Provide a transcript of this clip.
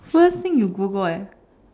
first thing you Google eh